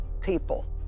people